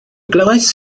glywais